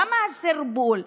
למה הסרבול?